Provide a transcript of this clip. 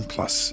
Plus